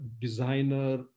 designer